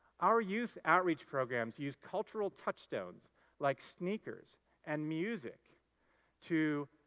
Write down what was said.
our youth outreach programs use cultural touchstones like sneakers and music to